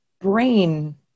brain